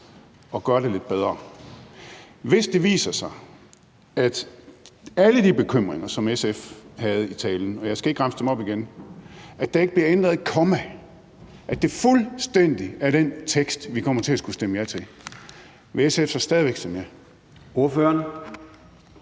og gøre det lidt bedre. Hvis det viser sig, at der i forbindelse med alle de bekymringer, som SF havde i talen – og jeg skal ikke remse dem op igen – ikke bliver ændret et komma, altså at det er fuldstændig den samme tekst, vi kommer til at skulle stemme ja til, vil SF så stadig væk stemme ja? Kl.